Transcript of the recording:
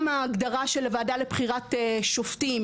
גם ההגדרה של הוועדה לבחירת שופטים,